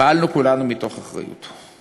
פעלנו כולנו מתוך אחריות.